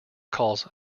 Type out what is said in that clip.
calls